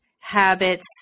habits